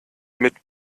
mit